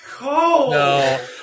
No